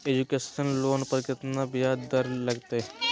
Education loan पर केतना ब्याज दर लगतई?